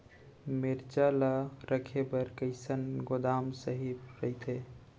मिरचा ला रखे बर कईसना गोदाम सही रइथे?